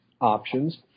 options